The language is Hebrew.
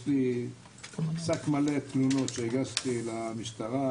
יש לי שק מלא תלונות שהגשתי למשטרה,